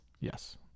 Yes